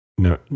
No